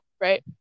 right